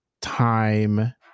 time